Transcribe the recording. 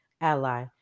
ally